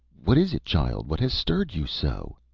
what is it, child? what has stirred you so?